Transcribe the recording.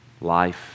life